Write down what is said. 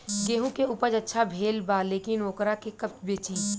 गेहूं के उपज अच्छा भेल बा लेकिन वोकरा के कब बेची?